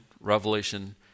Revelation